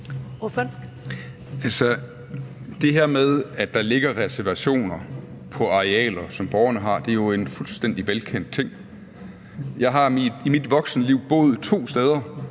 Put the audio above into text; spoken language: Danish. Det her med, at der ligger reservationer på arealer, som borgerne har, er jo en fuldstændig velkendt ting. Jeg har i mit voksenliv boet to steder,